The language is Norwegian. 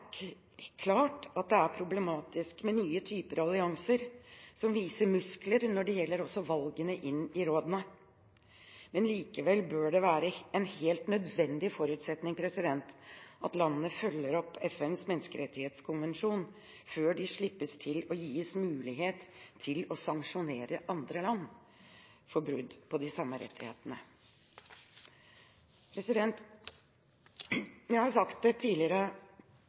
klart at det er problematisk med nye typer allianser som viser muskler også når det gjelder valgene inn i rådene. Likevel bør det være en helt nødvendig forutsetning at landene følger opp FNs menneskerettighetskonvensjon før de slippes til og gis mulighet til å sanksjonere andre land for brudd på de samme rettighetene. Jeg har sagt det tidligere,